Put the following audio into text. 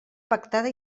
pactada